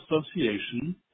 association